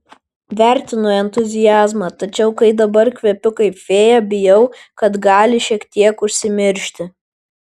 vertinu entuziazmą tačiau kai dabar kvepiu kaip fėja bijau kad gali šiek tiek užsimiršti